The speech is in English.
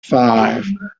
five